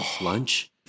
lunch